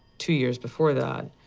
two years before that.